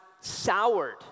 soured